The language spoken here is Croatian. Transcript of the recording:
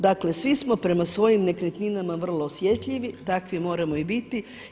Dakle, svi smo prema svojim nekretninama vrlo osjetljivi, takvi moramo i biti.